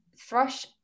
thrush